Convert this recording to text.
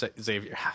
Xavier